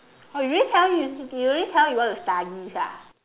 oh you already tell you already tell you want to study ah